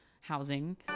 housing